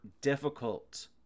difficult